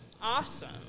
awesome